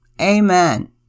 Amen